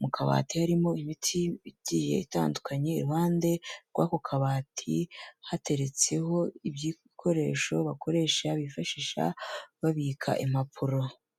mu kabati harimo imiti igiye itandukanye, iruhande rw'ako kabati hateretseho ibikoresho, bakoresha bifashisha babika impapuro.